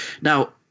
Now